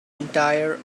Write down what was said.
entire